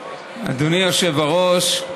היושב-ראש,